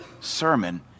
sermon